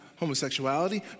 Homosexuality